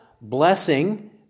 blessing